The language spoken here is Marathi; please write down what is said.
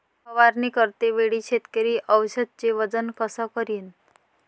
फवारणी करते वेळी शेतकरी औषधचे वजन कस करीन?